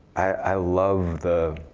i love the